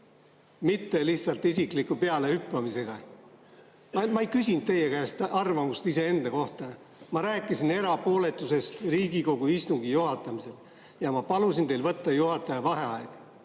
mitte lihtsalt isikliku pealehüppamisega. Ma ei küsinud teie käest arvamust iseenda kohta. Ma rääkisin erapooletusest Riigikogu istungi juhatamisel ja ma palusin teil võtta juhataja vaheaja.